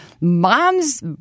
mom's –